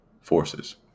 forces